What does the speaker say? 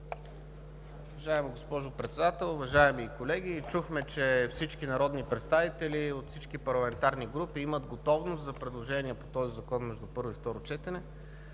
Уважаема госпожо Председател, уважаеми колеги, чухме, че всички народни представители от всички парламентарни групи имат готовност за предложения по този закон между първо и второ четене.